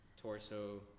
torso